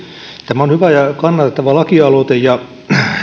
tämä on hyvä ja kannatettava lakialoite ja